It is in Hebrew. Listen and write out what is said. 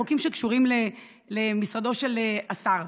חוקים שקשורים למשרדו של השר.